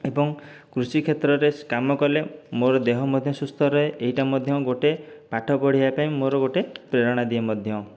ଏବଂ କୃଷିକ୍ଷେତ୍ରରେ କାମ କଲେ ମୋର ଦେହ ମଧ୍ୟ ସୁସ୍ଥ ରୁହେ ଏଇଟା ମଧ୍ୟ ଗୋଟିଏ ପାଠପଢ଼ିବା ପାଇଁ ମୋର ଗୋଟିଏ ପ୍ରେରଣା ଦିଏ ମଧ୍ୟ